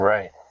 Right